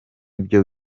byo